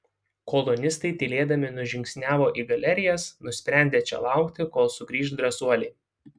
kolonistai tylėdami nužingsniavo į galerijas nusprendę čia laukti kol sugrįš drąsuoliai